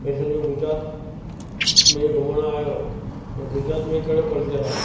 भई सॼो गुजरात में घुमणु आहियो त गुजरात में कहिड़ो कल्चर आहे